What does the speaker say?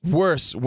worse